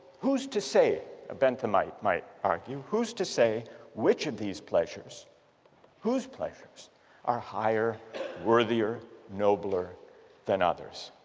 who's to say a benthamite might argue, who's to say which of these pleasures whose pleasures are higher worthier nobler than others?